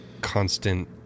constant